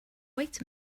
wait